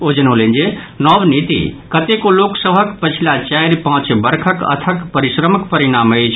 ओ जनौलनि जे नव नीति कतेको लोक सभ के पछिला चारि पांच वर्षक अथक परिश्रमक परिणाम अछि